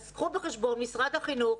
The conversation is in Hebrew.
אז קחו בחשבון משרד החינוך,